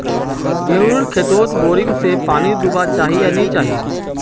गेँहूर खेतोत बोरिंग से पानी दुबा चही या नी चही?